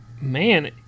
man